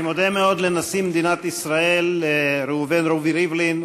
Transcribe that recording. אני מודה מאוד לנשיא מדינת ישראל ראובן רובי ריבלין,